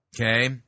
okay